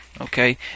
okay